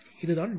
இதுதான் விடை